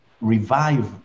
revive